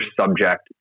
subject